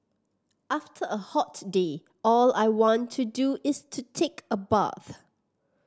after a hot day all I want to do is to take a bath